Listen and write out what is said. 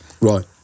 Right